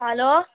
hello